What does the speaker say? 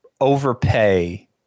overpay